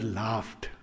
laughed